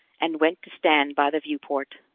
and went to stand by the viewport.